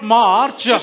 march